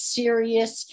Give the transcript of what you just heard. serious